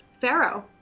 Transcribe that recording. Pharaoh